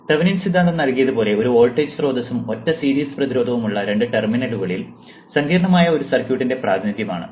Thevenin സിദ്ധാന്തം നൽകിയതുപോലെ ഒരു വോൾട്ടേജ് സ്രോതസ്സും ഒറ്റ സീരീസ് പ്രതിരോധവും ഉള്ള രണ്ട് ടെർമിനലുകളിൽ സങ്കീർണ്ണമായ ഒരു സർക്യൂട്ടിന്റെ പ്രാതിനിധ്യം ആണ്